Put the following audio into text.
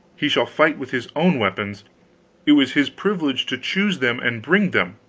he shall fight with his own weapons it was his privilege to choose them and bring them.